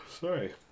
sorry